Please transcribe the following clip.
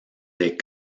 des